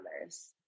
others